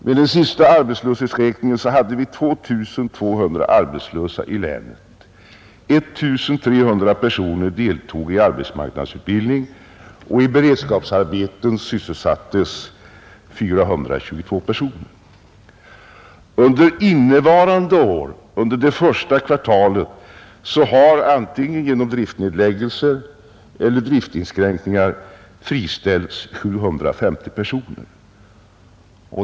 Vid den senaste arbetslöshetsräkningen hade vi 2 200 arbetslösa i länet, 1300 personer deltog i arbetsmarknadsutbildning, och i beredskapsardeten sysselsattes 422 personer. Under det första kvartalet i år har antingen genom driftsnedläggelser eller driftsinskränkningar friställts 750 personer.